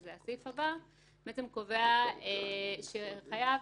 והסעיף הבא קובע שחייב,